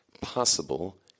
Possible